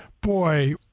boy